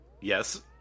Yes